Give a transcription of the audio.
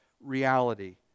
reality